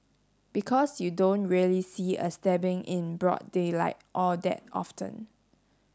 because you don't really see a stabbing in broad daylight all that often